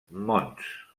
mons